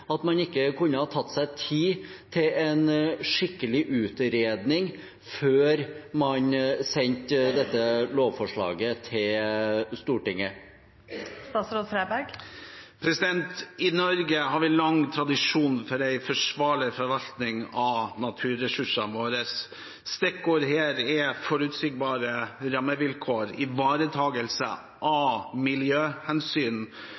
at man ikke kunne tatt seg tid til en skikkelig utredning før man sendte dette lovforslaget til Stortinget? I Norge har vi lang tradisjon for en forsvarlig forvaltning av naturressursene våre. Stikkord her er forutsigbare rammevilkår, ivaretagelse